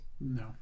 No